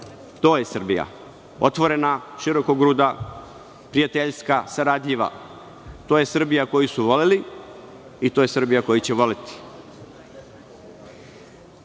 To je Srbija. Otvorena, širokogruda, prijateljska, saradljiva. To je Srbija koju su voleli i to je Srbija koju će voleti. Sport.